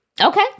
Okay